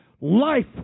Life